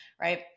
right